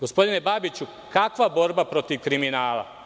Gospodine Babiću, kakva borba protiv kriminala?